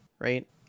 right